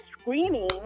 screaming